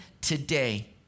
today